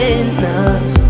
enough